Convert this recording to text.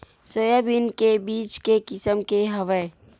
Soybean के बीज के किसम के हवय?